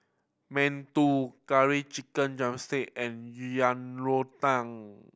mantou Curry Chicken drumstick and Yang Rou Tang